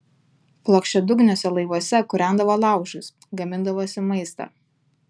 plokščiadugniuose laivuose kūrendavo laužus gamindavosi maistą